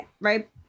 Right